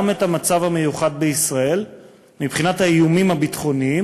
גם את המצב המיוחד בישראל מבחינת האיומים הביטחוניים,